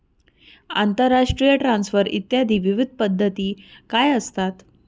आंतरराष्ट्रीय ट्रान्सफर इत्यादी विविध पद्धती काय असतात?